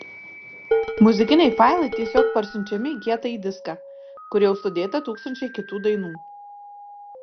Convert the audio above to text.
muzikiniai failai tiesiog parsiunčiami į kietąjį diską kur jau sudėta tūkstančiai kitų dainų